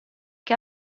che